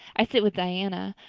i sit with diana.